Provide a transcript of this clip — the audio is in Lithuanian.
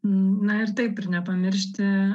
na ir taip ir nepamiršti